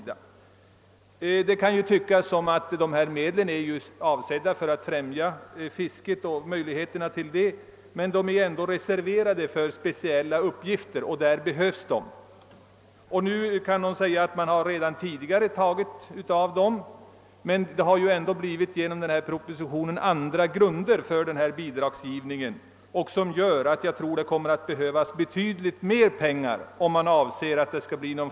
Det kan tyckas att dessa medel rent allmänt är avsedda att främja möjligheterna till fiske, men de är dock reserverade för speciella uppgifter — och där behövs de! Genom propositionen blir det nya grunder för bidragsgivning, och om det skall bli någon fart på bildandet av de nya fiskeområdena tror jag att det kommer att behövas betydligt mer pengar.